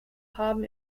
haben